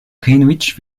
greenwich